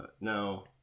Now